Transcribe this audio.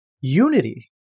unity